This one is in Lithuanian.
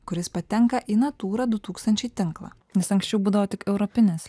kuris patenka į natūra du tūkstančiai tinklą nes anksčiau būdavo tik europinės